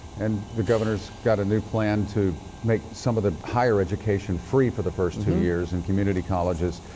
and the governor has got a new plan to make some of the higher education free for the first two years in community colleges.